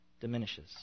diminishes